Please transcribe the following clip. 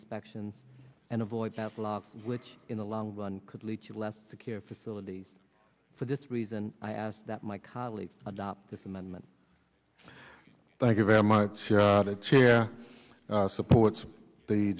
inspections and avoid that law which in the long run could lead to less secure facilities for this reason i asked that my colleagues adopt this amendment thank you very much to cheer supports the